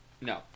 no